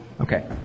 Okay